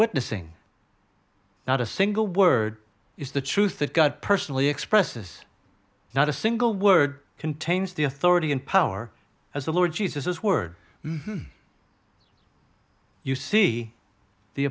witnessing not a single word is the truth that god personally expresses not a single word contains the authority and power as the lord jesus words you see the